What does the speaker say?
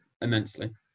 immensely